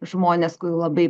žmonės labai